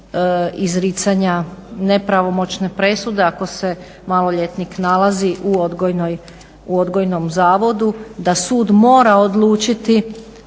izricanja nepravomoćne presude ako se maloljetnik nalazi u odgojnom zavodu da sud mora odlučiti